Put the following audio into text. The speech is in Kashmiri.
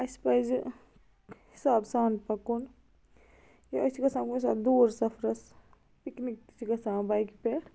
اَسہِ پَزِ حِساب سان پَکُن یا أسۍ چھِ گَژھان کُنہِ ساتہٕ دوٗر سفرس پِکنِک تہِ چھِ گَژھان بایکہِ پٮ۪ٹھ